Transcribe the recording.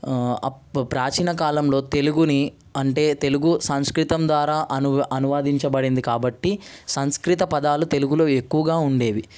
up ప్రాచీన కాలంలో తెలుగుని అంటే తెలుగు సంస్కృతం ద్వారా అను అనువాదించబడింది కాబట్టి సంస్కృత పదాలు తెలుగులో ఎక్కువగా ఉండేవి